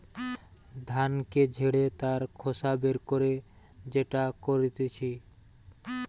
ধানকে ঝেড়ে তার খোসা বের করে যেটা করতিছে